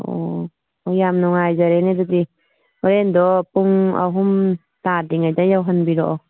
ꯑꯣ ꯌꯥꯝ ꯅꯨꯡꯉꯥꯏꯖꯔꯦꯅꯦ ꯑꯗꯨꯗꯤ ꯍꯣꯔꯦꯟꯗꯣ ꯄꯨꯡ ꯑꯍꯨꯝ ꯇꯥꯗ꯭ꯔꯤꯉꯩꯗ ꯌꯧꯍꯟꯕꯤꯔꯛꯑꯣ